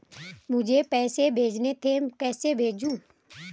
मुझे पैसे भेजने थे कैसे भेजूँ?